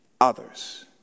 others